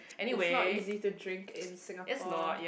it's not easy to drink in Singapore